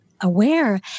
aware